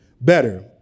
better